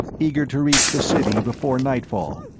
eager to reach the city before nightfall.